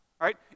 right